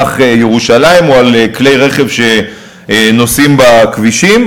במזרח-ירושלים או על כלי רכב שנוסעים בכבישים,